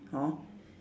hor